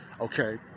okay